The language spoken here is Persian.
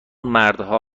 مردها